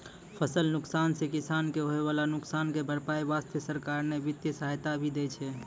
फसल नुकसान सॅ किसान कॅ होय वाला नुकसान के भरपाई वास्तॅ सरकार न वित्तीय सहायता भी दै छै